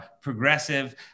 Progressive